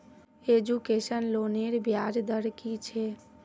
Education लोनेर ब्याज दर कि छे?